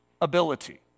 ability